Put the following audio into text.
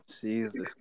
Jesus